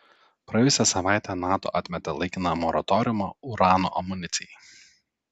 praėjusią savaitę nato atmetė laikiną moratoriumą urano amunicijai